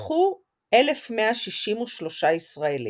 ורצח 1,163 ישראלים.